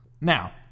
Now